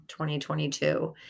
2022